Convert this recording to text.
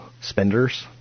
spenders